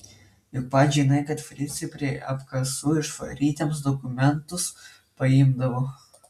juk pats žinai kad fricai prie apkasų išvarytiems dokumentus paimdavo